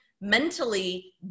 mentally